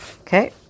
Okay